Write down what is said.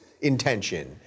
intention